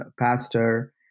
pastor